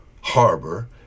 harbor